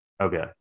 Okay